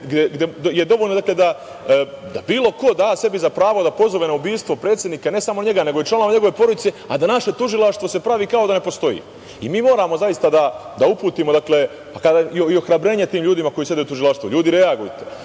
gde je dovoljno da bilo ko da sebi za pravo da pozove na ubistvo predsednika i ne samo njega, nego i članove njegove porodice, a da naše tužilaštvo se pravi kao da ne postoji. Moramo zaista da uputimo i ohrabrenje tim ljudima koji sede u tužilaštvu. Ljudi reagujte,